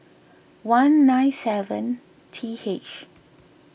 one nine seven T H